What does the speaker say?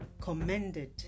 commended